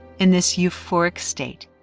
in this euphoric state,